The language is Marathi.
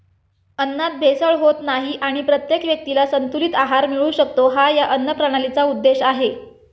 अन्नात भेसळ होत नाही आणि प्रत्येक व्यक्तीला संतुलित आहार मिळू शकतो, हा या अन्नप्रणालीचा उद्देश आहे